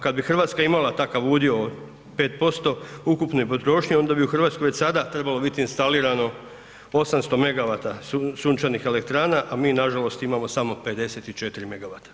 Kada bi Hrvatska imala imala takav udio od 5% ukupne potrošnje onda bi u Hrvatskoj već sada trebalo biti instalirano 800 megavata sunčanih elektrana, a mi nažalost imamo samo 54 megavata.